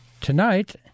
Tonight